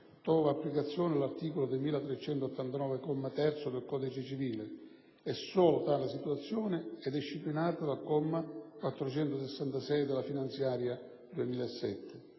trova applicazione l'articolo 2389, comma 3, del codice civile e solo tale situazione è disciplinata dal comma 466 della finanziaria 2007,